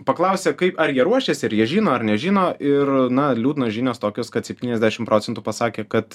paklausė kaip ar jie ruošiasi ar jie žino ar nežino ir na liūdnos žinios tokios kad septyniasdešim procentų pasakė kad